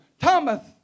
Thomas